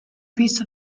piece